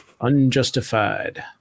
Unjustified